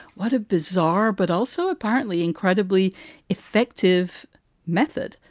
what a bizarre but also apparently incredibly effective method.